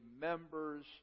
members